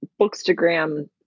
Bookstagram